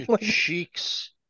Cheeks